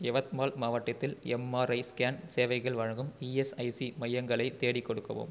யவத்மால் மாவட்டத்தில் MRI scan சேவைகள் வழங்கும் இஎஸ்ஐசி மையங்களைத் தேடிக் கொடுக்கவும்